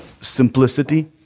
simplicity